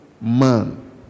man